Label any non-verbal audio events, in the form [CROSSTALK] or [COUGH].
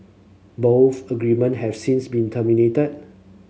both agreement have since been [UNINTELLIGIBLE]